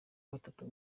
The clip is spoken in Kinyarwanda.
gatatu